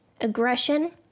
aggression